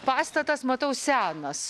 pastatas matau senas